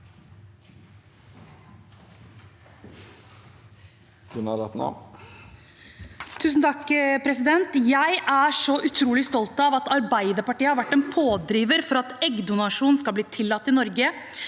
(A) Jeg er så utrolig stolt av at Arbeiderpartiet har vært en pådriver for at eggdonasjon skal bli tillatt i Norge,